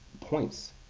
points